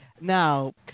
Now